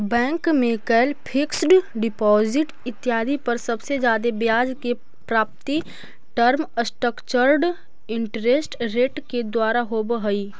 bank में कैल fixed deposit इत्यादि पर सबसे जादे ब्याज के प्राप्ति टर्म स्ट्रक्चर्ड इंटरेस्ट रेट के द्वारा होवऽ हई